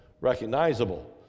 recognizable